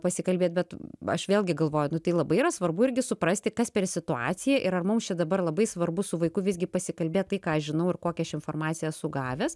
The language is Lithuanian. pasikalbėt bet aš vėlgi galvoju nu tai labai yra svarbu irgi suprasti kas per situacija ir ar mums čia dabar labai svarbu su vaiku visgi pasikalbėt tai ką aš žinau ir kokia aš informaciją esu gavęs